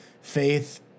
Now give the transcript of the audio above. faith